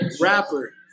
Rapper